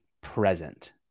present